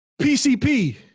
PCP